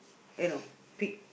eh no pig